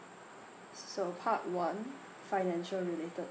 so part one financial related